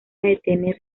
detener